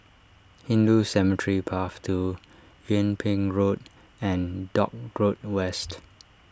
Hindu Cemetery Path two Yung Ping Road and Dock Road West